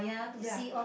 ya